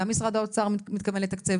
גם משרד האוצר מתכוונים לתקצב,